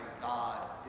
God